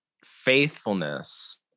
Faithfulness